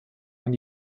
man